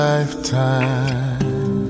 Lifetime